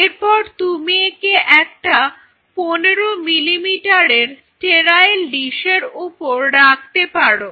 এরপর তুমি একে একটা 15 মিলিমিটারের স্টেরাইল ডিসের উপর রাখতে পারো